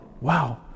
wow